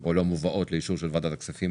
או לא מובאות לאישור של ועדת הכספים.